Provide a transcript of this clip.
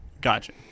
Gotcha